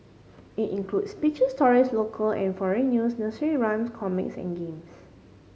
it includes picture stories local and foreign news nursery rhymes comics and games